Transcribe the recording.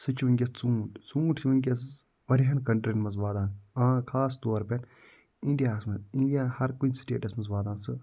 سُہ چھِ وٕنۍکٮ۪س ژوٗنٛٹھ ژوٗنٛٹھ چھِ وٕنۍکٮ۪س واریاہَن کنٛٹرٛیَن منٛز واتان خاص طور پٮ۪ٹھ اِنٛڈِیاہَس منٛز اِنٛڈِیا ہَر کُنہِ سِٹیٹَس منٛز واتان سُہ